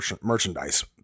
merchandise